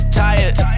tired